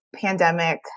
pandemic